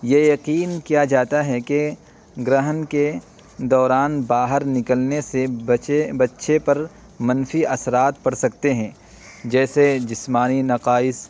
یہ یقین کیا جاتا ہے کہ گرہن کے دوران باہر نکلنے سے بچے بچے پر منفی اثرات پڑ سکتے ہیں جیسے جسمانی نقائص